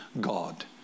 God